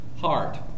heart